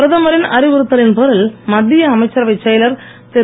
பிரதமரின் அறிவுறுத்தலின் பேரில் மத்திய அமைச்சரவைச் செயலர் திரு